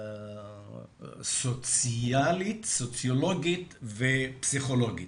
סוציאלית, סוציולוגית ופסיכולוגית.